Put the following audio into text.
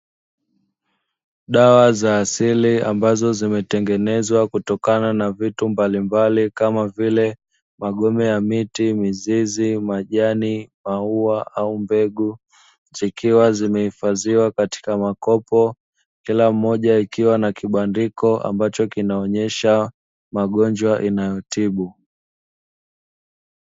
Dawa za asili ambazo zimetengenezwa kutokana na vitu mbalimbali, kama vile magome ya miti, mizizi, majani, maua na begu, zikiwa zimehifadhiwa katika makopo kila mmoja kikiwa na kibandiko ambacho kinaonyesha magonjwa inayotibu.